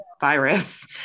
virus